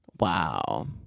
Wow